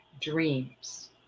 dreams